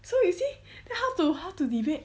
so you see then how to how to debate